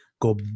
go